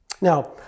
Now